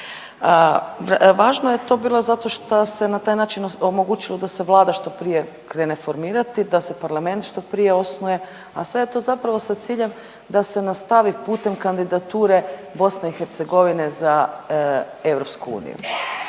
Važno je to bilo zato šta se na taj način omogućilo da se Vlada što prije krene formirati, da se parlament što prije osnuje, a sve je to zapravo sa ciljem da se nastavi putem kandidature Bosne i Hercegovine za EU.